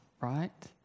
Right